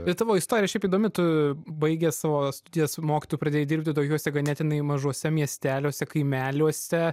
bet tavo istorija šiaip įdomi tu baigęs savo studijas mokytoju pradėjai dirbti tokiuose ganėtinai mažuose miesteliuose kaimeliuose